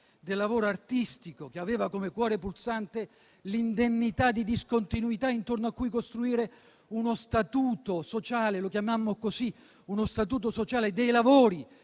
del lavoro artistico - che aveva come cuore pulsante l'indennità di discontinuità intorno a cui costruire quello che chiamammo "statuto sociale" dei lavori